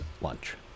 lunch